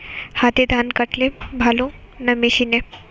হাতে ধান কাটলে ভালো না মেশিনে?